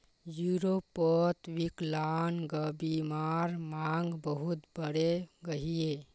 यूरोपोत विक्लान्ग्बीमार मांग बहुत बढ़े गहिये